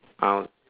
ah